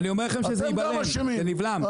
ואני אומר לכם שזה ייבלם, זה נבלם.